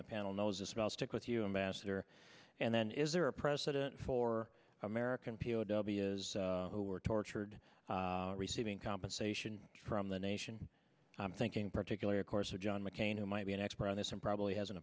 the panel knows about stick with you master and then is there a precedent for american p o w is who were tortured receiving compensation from the nation i'm thinking particularly of course of john mccain who might be an expert on this and probably